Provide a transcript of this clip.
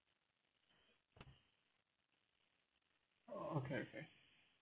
okay okay